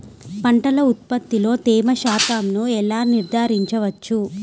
పంటల ఉత్పత్తిలో తేమ శాతంను ఎలా నిర్ధారించవచ్చు?